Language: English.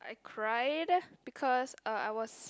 I cried because uh I was